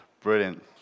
Brilliant